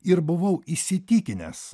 ir buvau įsitikinęs